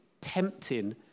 tempting